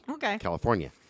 California